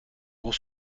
pour